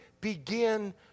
begin